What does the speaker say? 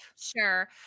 Sure